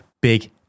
big